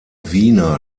wiener